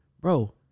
bro